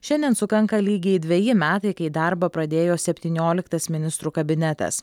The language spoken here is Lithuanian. šiandien sukanka lygiai dveji metai kai darbą pradėjo septynioliktas ministrų kabinetas